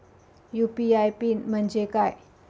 UPI PIN म्हणजे काय?